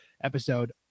episode